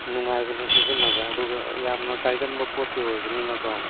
ꯅꯨꯡꯉꯥꯏꯕꯅꯦ ꯁꯤꯖꯤꯟꯅꯕ ꯑꯗꯨꯒ ꯌꯥꯝꯅ ꯀꯥꯏꯒꯟꯕ ꯄꯣꯠꯇꯤ ꯑꯣꯏꯕꯅꯤꯅꯀꯣ